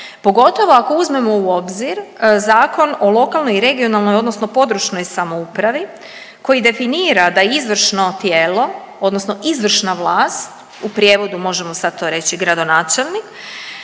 pogotovo ako uzmemo u obzir Zakon o lokalnoj i regionalnoj odnosno područnoj samoupravi koji definira da izvršno tijelo odnosno izvršna vlast, u prijevodu možemo sad to reći gradonačelnik